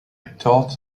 thought